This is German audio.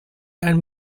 einem